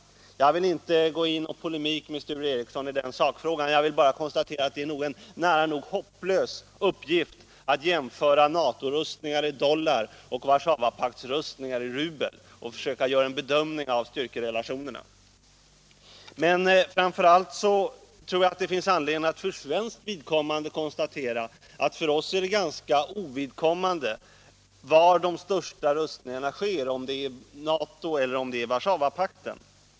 Jag skall inte gå in i polemik med Sture Ericson om den sakfrågan, utan jag konstaterar bara att det är en nära nog hopplös uppgift att jämföra NATO-rustningar i dollar med Warszawapaktsrustningar i rubel och mot den bakgrunden försöka göra en bedömning av styrkerelationerna. För svenskt vidkommande finns det anledning att konstatera att det är ganska oväsentligt var de största rustningarna sker, och om de sker inom NATO eller Warszawapakten.